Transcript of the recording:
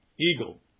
eagle